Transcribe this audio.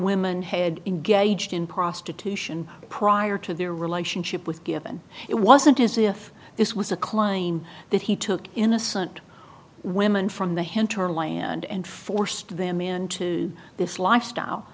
women had engaged in prostitution prior to their relationship with given it wasn't as if this was a claim that he took innocent women from the hinterland and forced them into this lifestyle